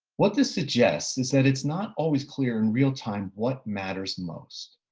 what this suggests is that it's not always clear in real time what matters most,